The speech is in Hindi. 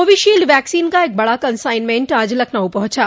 कोविशील्ड वैक्सीन का एक बड़ा कंसाइनमेंट आज लखनऊ पहुंचा